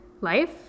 life